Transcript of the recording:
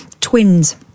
Twins